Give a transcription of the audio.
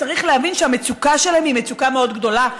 צריך להבין שהמצוקה שלהם היא מצוקה מאוד גדולה.